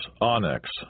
onyx